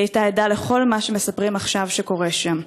היא הייתה עדה לכל מה שמספרים עכשיו שקורה שם.